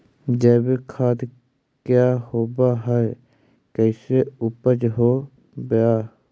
जैविक खाद क्या होब हाय कैसे उपज हो ब्हाय?